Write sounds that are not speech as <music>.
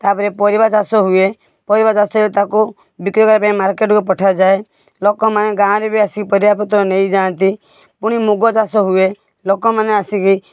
ତା'ପରେ ପରିବା ଚାଷ ହୁଏ ପରିବା ଚାଷ <unintelligible> ତାକୁ ବିକ୍ରି କରିବା ପାଇଁ ମାର୍କେଟ୍କୁ ପଠାଯାଏ ଲୋକମାନେ ଗାଁରେ ବି ଆସି ପରିବାପତ୍ର ନେଇ ଯାଆନ୍ତି ପୁଣି ମୁଗ ଚାଷ ହୁଏ ଲୋକମାନେ ଆସିକି